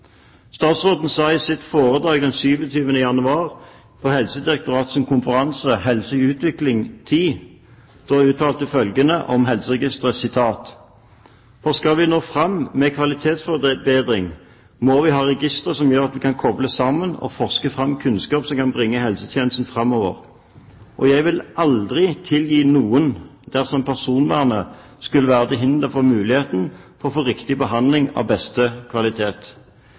Statsråden sa i sitt foredrag den 27. januar på Helsedirektoratets konferanse «Helse i Utvikling 10» følgende om helseregistrene: «Skal vi nå fram med kvalitetsforbedring, så må vi ha registre som gjør at vi kan koble informasjon og forske fram kunnskap som kan bringe helsetjenesten framover. Jeg ville aldri tilgi noen dersom personvernet skulle være til hinder for muligheten til å få riktig behandling av beste kvalitet.»